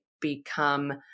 become